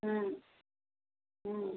हाँ हाँ